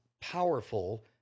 powerful